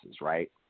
right